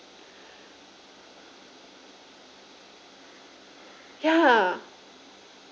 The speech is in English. !yay!